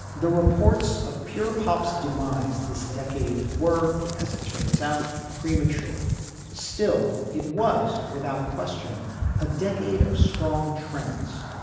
the reports of pure pop's demise this decade were, as it turns out, premature still, it was without question a decade of strong trends,